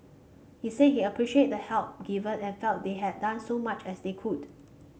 he said he appreciated the help given and felt they had done so much as they could